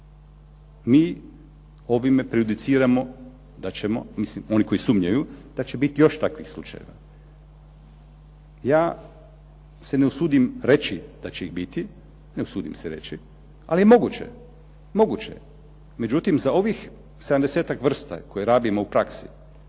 Mi ovime prejudiciramo da ćemo, oni koji sumnjaju, da će biti još takvih slučajeva. Ja se ne usuđujem da će ih biti, ne usudim se reći, ali moguće. Međutim za ovih 70-ak vrsta koje rabimo u praksi,